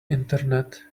internet